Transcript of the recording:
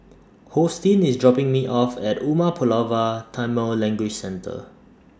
Hosteen IS dropping Me off At Umar Pulavar Tamil Language Centre